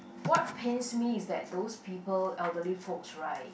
what pains me is that those people elderly folks right